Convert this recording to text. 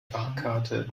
fahrkarte